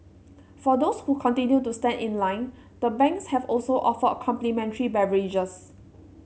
for those who continue to stand in line the banks have also offered complimentary